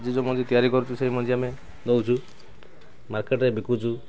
ଯୋଉ ଯୋଉ ମଞ୍ଜି ତିଆରି କରୁଛୁ ସେଇ ମଞ୍ଜି ଆମେ ଦେଉଛୁ ମାର୍କେଟ୍ରେ ବିକୁଛୁ